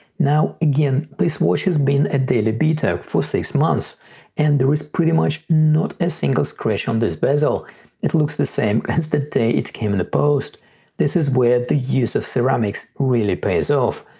now, again this watch has been a daily beater for six months and there is pretty much not a single scratch on this bezel it looks the same as the day it came in the post this is where the use of ceramics really pays off.